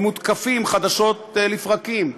הם מותקפים חדשות לבקרים,